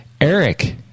Eric